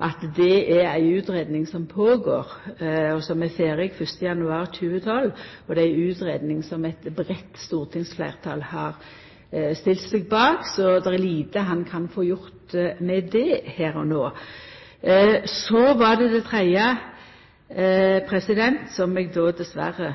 at det er ei utgreiing som er i gang, og som er ferdig 1. januar 2012. Det er ei utgreiing som eit breitt stortingsfleirtal har stilt seg bak, så det er lite han kan få gjort med det her og no. Så var det det tredje, som eg då i forfjamsinga dessverre